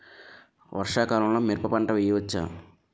వర్షాకాలంలో మిరప పంట వేయవచ్చా?